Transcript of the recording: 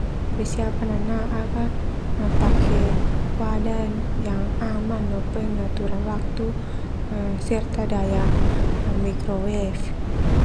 Persiapan nanaak ka, pake wadah yang aman no pengaturan waktu ah serta daya Mikrowaves.